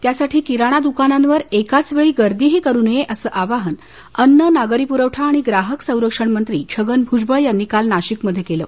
त्यासाठी किराणा दुकानांवर एकाचवेळी गर्दीही करू नये असं आवाहन अन्न नागरी पुरवठा आणि ग्राहक संरक्षण मंत्री छ्गन भूजबळ यांनी काल नाशिकमध्ये केलं